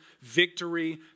victory